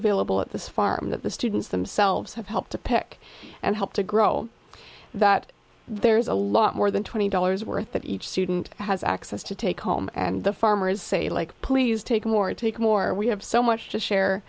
available at this farm that the students themselves have helped to pick and help to grow that there's a lot more than twenty dollars worth of each student has access to take home and the farmers say like please take more and take more we have so much to share